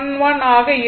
11 ஆக இருக்கும்